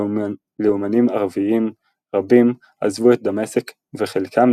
לאומנים ערביים רבים עזבו את דמשק וחלקם,